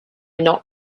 not